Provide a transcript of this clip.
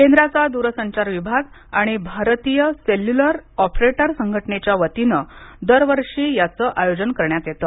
केंद्राचा दूरसंचार विभाग आणि भारतीय सेल्युलर ऑपरेटर संघटनेच्या वतीनं दरवर्षी याचं आयोजन करण्यात येतं